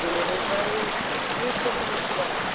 दिनैनिफ्राय थ्रिस बोसोरनि सिगां